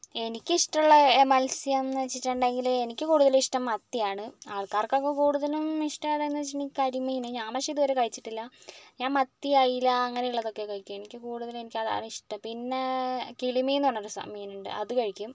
എനിക്കിഷ്ടമുള്ള മത്സ്യം എന്നു വച്ചിട്ടുണ്ടെങ്കിൽ എനിക്ക് കൂടുതലിഷ്ടം മത്തിയാണ് ആൾക്കാർക്കൊക്കെ കൂടുതലും ഇഷ്ടമേതെന്ന് വച്ചിട്ടുണ്ടെങ്കിൽ കരിമീൻ ഞാൻ പക്ഷേ ഇതുവരെ കഴിച്ചിട്ടില്ല ഞാൻ മത്തി അയല അങ്ങനെയുള്ളതൊക്കെ കഴിക്കൂ എനിക്ക് കൂടുതലും എനിക്കതാണിഷ്ടം പിന്നെ കിളിമീൻ എന്നുപറഞ്ഞൊരു മീനുണ്ട് അത് കഴിക്കും